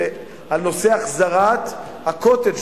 ועל החזרת ה"קוטג'",